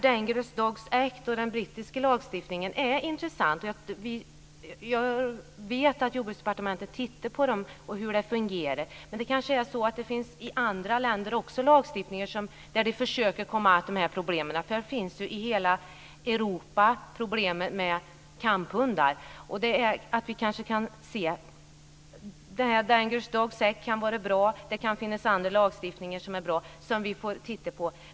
Dangerous Dogs Act och den brittiska lagstiftningen är intressant. Jag vet att Jordbruksdepartementet undersöker hur detta fungerar. Men det kanske är så att det också i andra länder finns lagstiftningar som försöker komma åt de här problemen, för problemet med kamphundar finns ju i hela Europa. Dangerous Dogs Act kan vara bra. Det kan också finnas andra lagstiftningar som är bra och som vi får titta på.